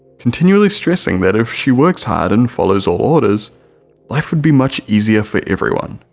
continually stressing that if she works hard and follows all orders life would be much easier for everyone.